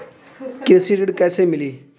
कृषि ऋण कैसे मिली?